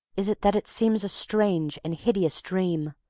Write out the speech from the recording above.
is it that it seems a strange and hideous dream,